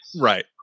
right